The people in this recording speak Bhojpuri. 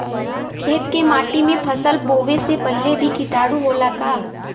खेत के माटी मे फसल बोवे से पहिले भी किटाणु होला का?